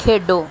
ਖੇਡੋ